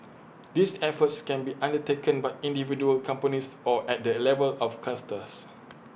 these efforts can be undertaken by individual companies or at the level of clusters